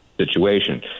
situation